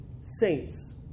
saints